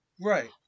Right